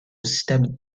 stepped